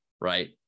right